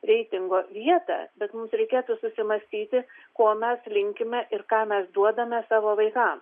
reitingo vietą bet mums reikėtų susimąstyti ko mes linkime ir ką mes duodame savo vaikams